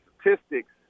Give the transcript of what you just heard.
statistics